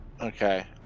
Okay